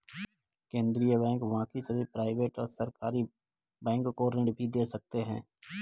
केन्द्रीय बैंक बाकी सभी प्राइवेट और सरकारी बैंक को ऋण भी दे सकते हैं